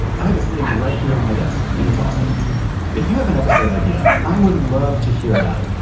i have it sitting right here on my desk and it's awesome if you have an episode idea, i would love to hear about it.